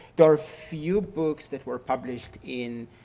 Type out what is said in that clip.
there are few books that were published in